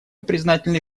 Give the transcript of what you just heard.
признательны